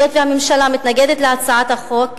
היות שהממשלה מתנגדת להצעת החוק,